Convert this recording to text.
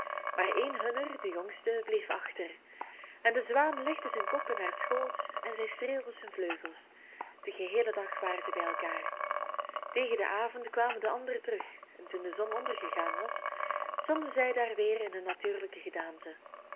maar een hunner de jongste bleef achter en de zwaan legde zijn kop in haar schoot en zij streelde zijn vleugels den geheelen dag waren zij bij elkaar tegen den avond kwamen de anderen terug en toen de zon ondergegaan was stonden zij daar weer in hun natuurlijke gedaante